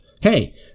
Hey